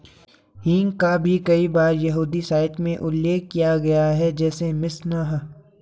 हींग का भी कई बार यहूदी साहित्य में उल्लेख किया गया है, जैसे मिशनाह